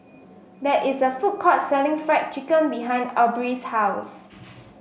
there is a food courts selling Fried Chicken behind Aubree's house